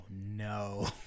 no